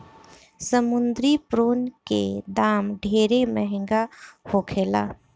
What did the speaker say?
समुंद्री प्रोन के दाम ढेरे महंगा होखेला